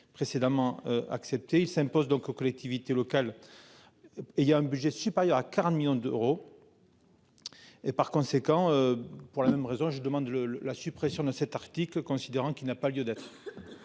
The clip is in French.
il s'impose donc aux collectivités locales. Et il y a un budget supérieur à 40 millions d'euros.-- Et par conséquent. Pour la même raison je demande le le la suppression de cet article, considérant qu'il n'a pas lieu d'être.